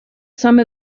some